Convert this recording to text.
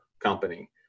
company